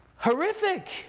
horrific